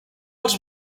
els